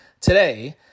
today